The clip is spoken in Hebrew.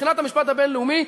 מבחינת המשפט הבין-לאומי,